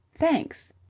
thanks!